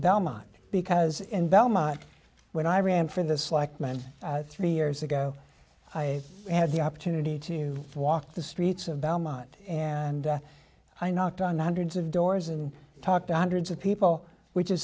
belmont because in belmont when i ran for this like man three years ago i had the opportunity to walk the streets of belmont and i knocked on hundreds of doors and talked on hundreds of people which is